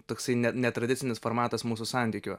toksai netradicinis formatas mūsų santykių